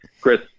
Chris